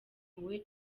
impuhwe